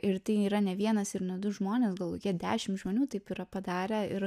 ir tai yra ne vienas ir ne du žmonės gal kokie dešim žmonių taip yra padarę ir